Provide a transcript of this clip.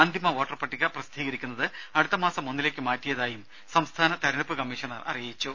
അന്തിമ വോട്ടർ പട്ടിക പ്രസിദ്ധീകരിക്കുന്നത് അടുത്ത മാസം ഒന്നിലേയ്ക്ക് മാറ്റിയതായും സംസ്ഥാന തിരഞ്ഞെടുപ്പ് കമ്മീഷണർ അറിയിച്ചു